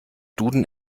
duden